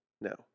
No